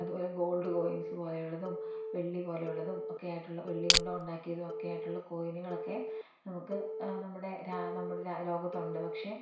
ഇതു പോലെ gold coins പോലെയുള്ളതും വെള്ളി പോലെയുള്ളതും ഒക്കെ ആയിട്ടുള്ള വെള്ളി കൊണ്ടുണ്ടാക്കിയതുമൊക്കെ ആയിട്ടുള്ള കോയിനുകളൊക്കെ നമുക്ക് നമ്മുടെ നമ്മുടെ ഒരു ലോകത്തുണ്ട്